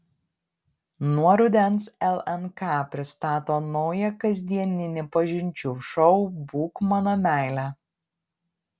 nuo rudens lnk pristato naują kasdieninį pažinčių šou būk mano meile